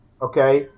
okay